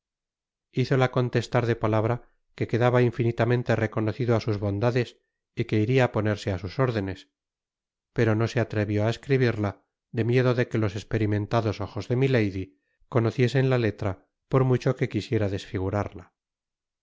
hizola contestar de palabra que quedaba infinitamente reconocido á sus bondades y que iria á ponerse á sus órdenes pero no se atrevió á escribirla de miedo de que los esperimentados ojos de milady conociesen la letra por mucho que quisiera desfigurarla